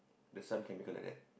the son can become like that